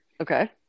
Okay